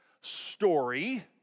story